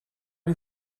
you